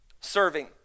serving